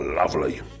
lovely